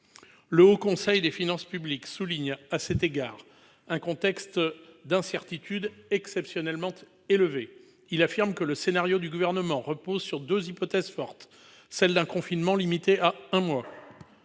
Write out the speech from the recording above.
Le Haut Conseil des finances publiques souligne à cet égard un contexte d'incertitude « exceptionnellement élevée ». Il affirme que le scénario du Gouvernement repose sur deux hypothèses fortes, qui ne sont pas acquises : celle d'un confinement limité à un mois